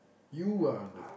you want it